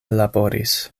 laboris